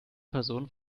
person